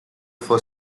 for